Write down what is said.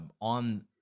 On